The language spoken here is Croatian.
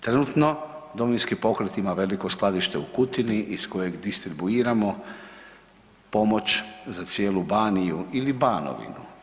Trenutno Domovinski pokret ima veliko skladište u Kutini iz kojeg distribuiramo pomoć za cijelu Baniju ili Banovinu.